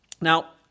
Now